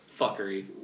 fuckery